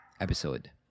episode